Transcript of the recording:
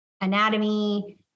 anatomy